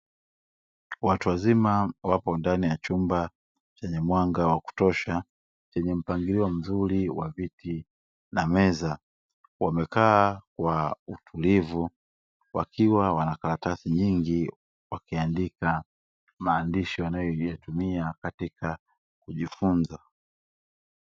Watu wazima wapo ndani ya chumba chenye mwanga wa kutosha chenye mpangilio mzuri wa viti na meza, wamekaa kwa utulivu wakiwa wana karatasi nyingi wakiandika maandishi wanayoyatumia katika kujifunza.